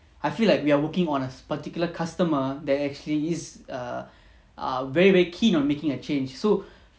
I feel like we are working on a particular customer that actually is err err very very keen on making a change so